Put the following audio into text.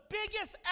biggest